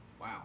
Wow